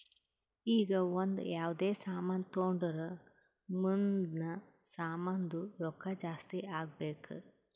ಈಗ ಒಂದ್ ಯಾವ್ದೇ ಸಾಮಾನ್ ತೊಂಡುರ್ ಮುಂದ್ನು ಸಾಮಾನ್ದು ರೊಕ್ಕಾ ಜಾಸ್ತಿ ಆಗ್ಬೇಕ್